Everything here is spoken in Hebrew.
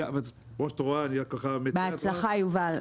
בהצלחה, יובל.